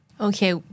Okay